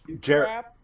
Jared